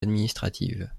administratives